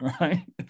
right